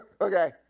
okay